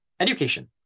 education